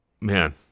man